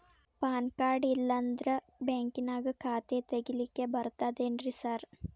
PAN card ಇಲ್ಲಂದ್ರ ಬ್ಯಾಂಕಿನ್ಯಾಗ ಖಾತೆ ತೆಗೆಲಿಕ್ಕಿ ಬರ್ತಾದೇನ್ರಿ ಸಾರ್?